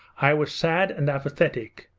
i was sad and apathetic,